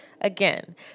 Again